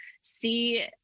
see